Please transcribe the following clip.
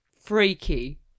freaky